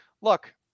Look